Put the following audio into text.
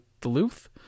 Duluth